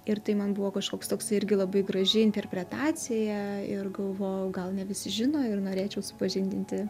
ir tai man buvo kažkoks toks irgi labai graži interpretacija ir galvojau gal ne visi žino ir norėčiau supažindinti